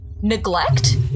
Neglect